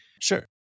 Sure